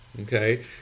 Okay